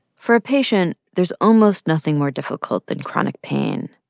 for a patient, there's almost nothing more difficult than chronic pain,